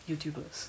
youtubers